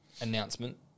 announcement